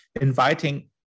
inviting